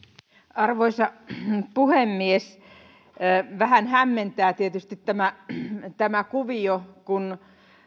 arvoisa puhemies vähän hämmentää tietysti tämä tämä kuvio kun